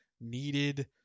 needed